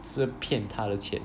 是骗他的钱